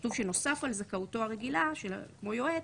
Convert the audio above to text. כתוב שנוסף על זכאותו הרגילה כמו יועץ,